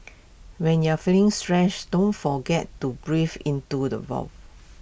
when you are feeling stressed don't forget to breathe into the